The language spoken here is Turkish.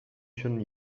için